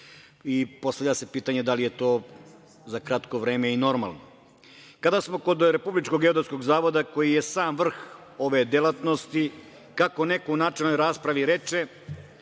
i postavlja se pitanje da li je to za kratko vreme i normalno? Kada smo kod Republičkog geodetskog zavoda, koji je sam vrh ove delatnosti, kako neko u načelnoj raspravi reče,